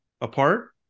apart